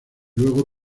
luego